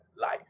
life